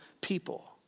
people